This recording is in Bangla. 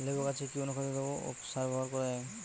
লেবু গাছে কি অনুখাদ্য ও সার ব্যবহার করা হয়?